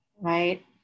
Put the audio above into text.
right